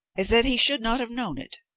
is that he should not have known it.